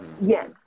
Yes